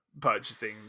purchasing